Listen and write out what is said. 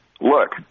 look